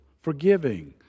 forgiving